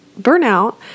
burnout